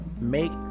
Make